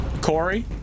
Corey